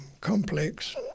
complex